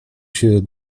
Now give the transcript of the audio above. się